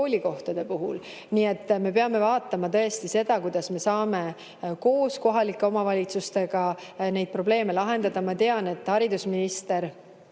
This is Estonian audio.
koolikohtade puhul. Nii et me peame vaatama, kuidas me saame koos kohalike omavalitsustega neid probleeme lahendada. Ma tean, et haridusminister